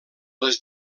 les